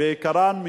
בעיקרם,